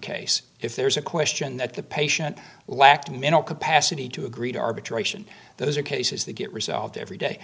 case if there is a question that the patient lacked mental capacity to agree to arbitration those are cases that get resolved every day